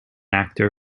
actor